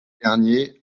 garnier